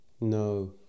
No